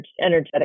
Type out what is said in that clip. energetic